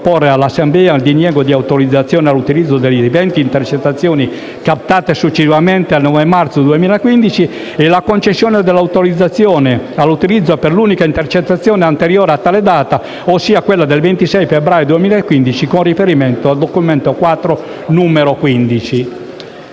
all'Assemblea il diniego dell'autorizzazione all'utilizzo per le venti intercettazioni captate successivamente al 9 marzo 2015 e la concessione dell'autorizzazione all'utilizzo per l'unica intercettazione anteriore a tale data, ossia quella del 26 febbraio 2015, con riferimento al documento IV, n. 15.